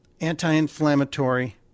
anti-inflammatory